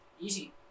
Easy